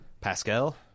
Pascal